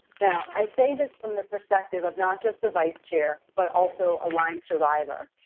now, i say this from the perspective of not just the vice-chair, but also a lyme survivor.